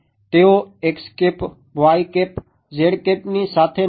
તેઓ ની સાથે નથી